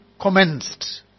commenced